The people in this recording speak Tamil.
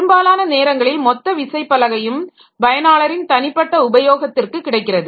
பெரும்பாலான நேரங்களில் மொத்த விசைப்பலகையும் பயனாளரின் தனிப்பட்ட உபயோகத்திற்கு கிடைக்கிறது